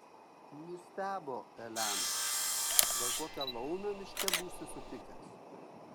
nustebo elena gal kokią laumę miške būsi sutikęs